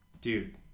dude